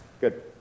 Good